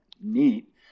neat